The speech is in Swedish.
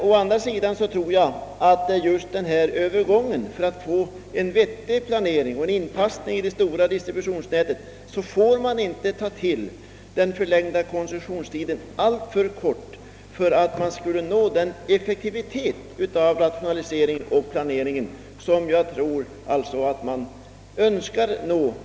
Å andra sidan tror jag att man just i övergången för att få en vettig planering och en inpassning i det stora distributionsnätet inte får ta till den förlängda koncessionstiden alltför kort, detta just för att man skall nå den effekt av rationalisering och planering som jag tror att man genom lagstiftningen önskar nå.